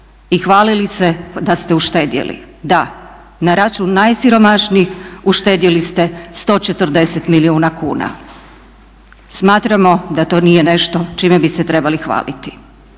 i hvalili se da ste uštedjeli. Da, na račun najsiromašnijih uštedjeli ste 140 milijuna kuna. Smatramo da to nije nešto čime bi se trebali hvaliti.